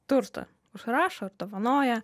turtą užrašo ir dovanoja